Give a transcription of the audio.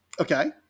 okay